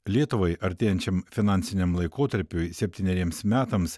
lietuvai artėjančiam finansiniam laikotarpiui septyneriems metams